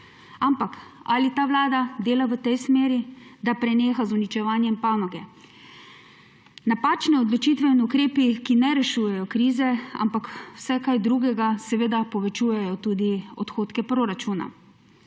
Ampak ali ta vlada dela v tej smeri, da preneha z uničevanjem panoge? Napačne odločitve in ukrepi, ki ne rešujejo krize, ampak vse kaj drugega, seveda povečujejo tudi odhodke proračuna.